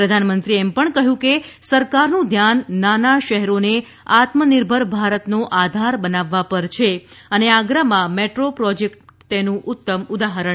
પ્રધાનમંત્રીએ એમ પણ કહ્યું કે સરકારનું ધ્યાન નાના શહેરોને આત્મનિર્ભર ભારતનો આધાર બનાવવા પર છે અને આગ્રામાં મેટ્રો પ્રોજેક્ટ તેનું ઉદાહરણ છે